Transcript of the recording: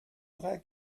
drei